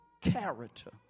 character